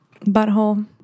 Butthole